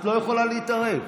את לא יכולה להתערב.